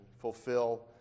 Fulfill